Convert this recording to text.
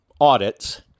audits